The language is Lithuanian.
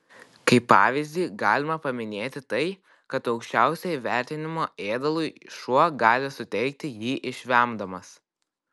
kaip pavyzdį galima paminėti tai kad aukščiausią įvertinimą ėdalui šuo gali suteikti jį išvemdamas